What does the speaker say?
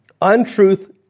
untruth